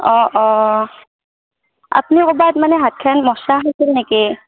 অঁ অঁ আপুনি ক'ৰবাত মানে হাতখন মছৰা খাইছে নেকি